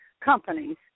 companies